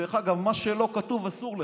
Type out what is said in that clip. דרך אגב, מה שלא כתוב, אסור לך.